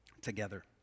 together